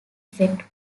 effect